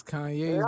Kanye